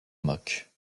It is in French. moque